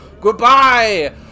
goodbye